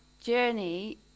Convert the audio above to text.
journey